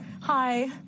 Hi